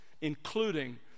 including